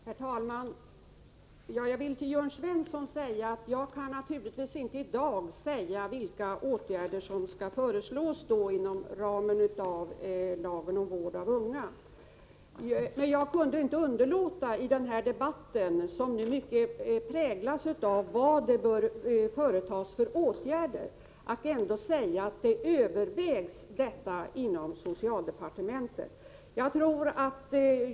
Herr talman! Jag vill till Jörn Svensson säga att jag naturligtvis inte i dag kan redogöra för vilka åtgärder som kommer att föreslås inom ramen för lagen om vård av unga. Jag kunde emellertid inte underlåta att i den här debatten, som nu präglas av diskussionen om vad för slags åtgärder som bör vidtas, säga att detta övervägs inom socialdepartementet.